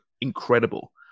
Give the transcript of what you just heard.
incredible